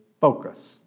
focus